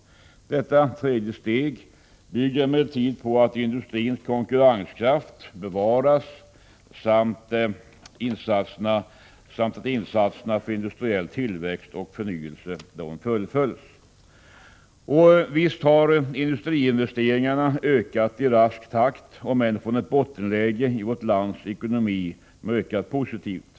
Detta tredje steg bygger emellertid på att industrins konkurrenskraft bevaras samt att insatserna för industriell tillväxt och förnyelse fullföljs. Och visst har industriinvesteringarna ökat i rask takt, om än från ett bottenläge, och vårt lands export ökat positivt.